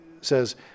says